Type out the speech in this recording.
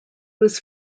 was